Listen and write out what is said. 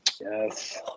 Yes